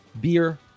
beer